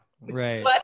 Right